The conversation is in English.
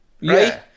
right